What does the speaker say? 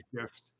shift